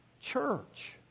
church